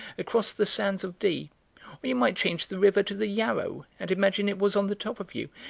across the sands of dee. or you might change the river to the yarrow and imagine it was on the top of you,